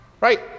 right